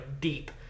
deep